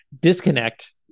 disconnect